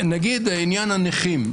נגיד עניין הנכים,